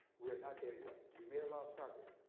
we are not there yet. we made a lot of progress,